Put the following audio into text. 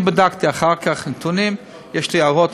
אני בדקתי אחר כך נתונים, יש לי הערות.